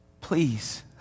Please